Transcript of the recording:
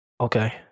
okay